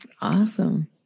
Awesome